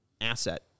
asset